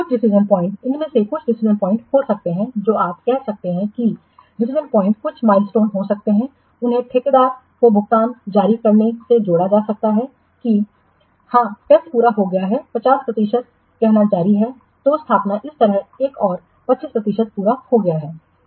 कुछ decision point इनमें से कुछ डिसीजन पॉइंट हो सकते हैं जो आप कह सकते हैं कि डिसीजनपॉइंट कुछ माइलस्टोन हो सकते हैं इसे ठेकेदार को भुगतान जारी करने से जोड़ा जा सकता है कि हाँटेस्टपूरा हो गया है 50 प्रतिशत कहना जारी है तो स्थापना इस तरह एक और 25 प्रतिशत पूरा हो गया है